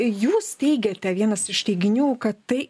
jūs teigiate vienas iš teiginių kad tai